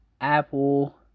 Apple